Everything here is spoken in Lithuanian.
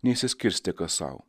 neišsiskirstė kas sau